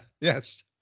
Yes